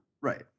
Right